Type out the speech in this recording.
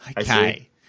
Okay